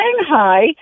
Shanghai